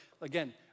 Again